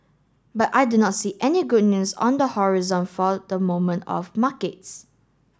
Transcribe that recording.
but I do not see any good news on the horizon for the moment of markets